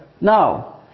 No